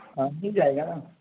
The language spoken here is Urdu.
ہاں مل جائے گا نا